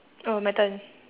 oh my turn